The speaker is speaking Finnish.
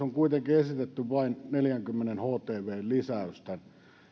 on kuitenkin esitetty vain neljäkymmentä htvn lisäystä